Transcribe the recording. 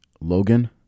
Logan